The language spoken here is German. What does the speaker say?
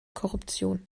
korruption